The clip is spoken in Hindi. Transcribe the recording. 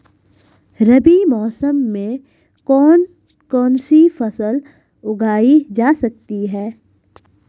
रबी मौसम में कौन कौनसी फसल उगाई जा सकती है?